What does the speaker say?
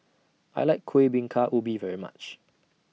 I like Kueh Bingka Ubi very much